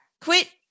Quit